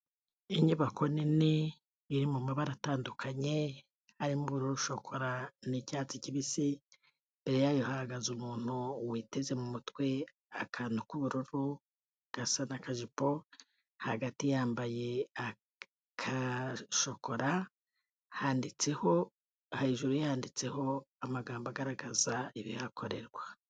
Inyubako nini iri mu mabara atandukanye, arimo ubururu, shokora n'icyatsi kibisi, imbere yayo hahagaze umuntu witeze mu mutwe akantu k'ubururu gasa n'akajipo, hagati yambaye aka shokora handitseho, hejuru ye handitseho amagambo agaragaza ibihakorerwa.